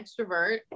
extrovert